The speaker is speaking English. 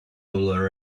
dollar